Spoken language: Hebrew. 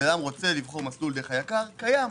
אדם רוצה לבחור מסלול דרך היקר, קיים.